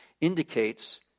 indicates